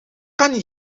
kan